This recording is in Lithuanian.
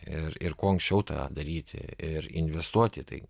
ir ir kuo anksčiau tą daryti ir investuot į tai